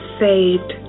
saved